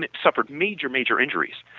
suffered major, major injuries.